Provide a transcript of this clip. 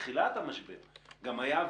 בתחילת המשבר גם היה,